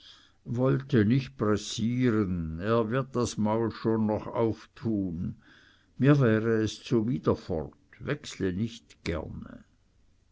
wollte nicht pressieren er wird das maul schon noch auftun mir wäre es zuwider fort wechsle nicht gerne